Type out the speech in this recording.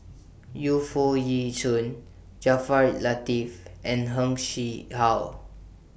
Yu Foo Yee Shoon Jaafar Latiff and Heng Chee How